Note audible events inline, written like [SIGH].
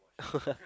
[LAUGHS]